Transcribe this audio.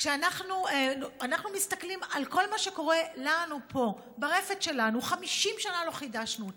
אנחנו מסתכלים על כל מה שקורה לנו פה ברפת שלנו: 50 שנה לא חידשנו אותה.